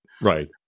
Right